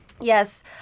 yes